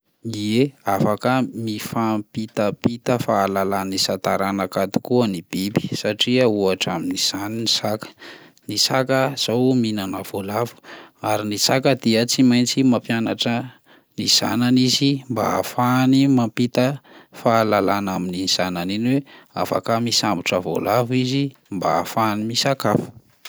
Ie, afaka mifampitampita fahalalana isan-taranaka tokoa ny biby satria ohatra amin'izany ny saka, ny saka zao mihinana voalavo ary ny saka dia tsy maintsy mampianatra ny zanany izy mba hahafahany mampita fahalalana amin'iny zanany iny hoe afaka misambotra voalavo izy mba hahafahany misakafo.